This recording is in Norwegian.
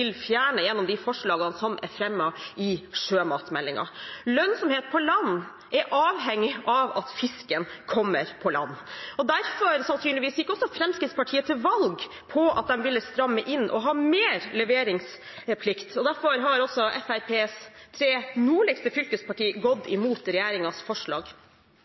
fjerne gjennom de forslagene som er fremmet i sjømatmeldingen. Lønnsomhet på land er avhengig av at fisken kommer på land. Derfor, sannsynligvis, gikk også Fremskrittspartiet til valg på at de ville stramme inn og ha mer leveringsplikt, og derfor har Fremskrittspartiets tre nordligste fylkespartier gått imot regjeringens forslag.